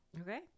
Okay